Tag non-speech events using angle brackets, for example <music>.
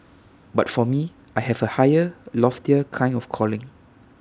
<noise> but for me I have A higher loftier kind of calling